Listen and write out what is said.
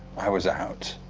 i was out.